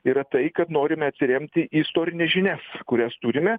yra tai kad norime atsiremti į istorines žinias kurias turime